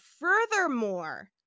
furthermore